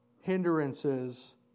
hindrances